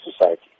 society